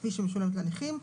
כפי שמשולמת לנכים,